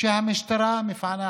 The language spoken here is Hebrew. הפענוח של המשטרה את הרציחות.